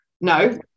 No